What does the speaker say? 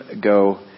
go